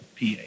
PA